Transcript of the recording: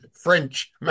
French